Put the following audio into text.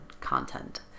content